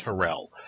Terrell